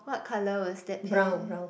what colour was that pair